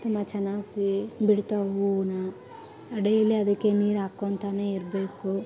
ತುಂಬ ಚೆನ್ನಾಗಿ ಬಿಡ್ತಾವೆ ಹೂವುನ್ನ ಡೈಲಿ ಅದಕ್ಕೆ ನೀರು ಹಾಕೊಂತಾನೆ ಇರಬೇಕು